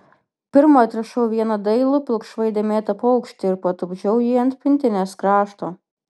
pirma atrišau vieną dailų pilkšvai dėmėtą paukštį ir patupdžiau jį ant pintinės krašto